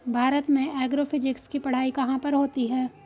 भारत में एग्रोफिजिक्स की पढ़ाई कहाँ पर होती है?